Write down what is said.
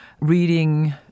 reading